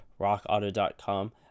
RockAuto.com